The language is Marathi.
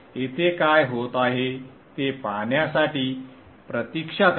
येथे काय होत आहे ते पाहण्यासाठी प्रतीक्षा करा